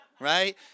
Right